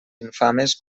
infames